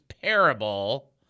parable